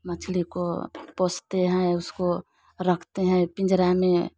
मछली को पोसते हैं उसको रखते हैं पिंजरा में